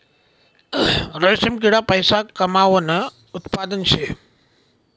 रेशीम किडा पैसा कमावानं उत्पादन शे